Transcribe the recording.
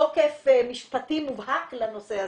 תוקף משפטי מובהק לנושא הזה.